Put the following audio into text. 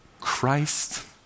Christ